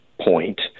point